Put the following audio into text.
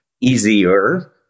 easier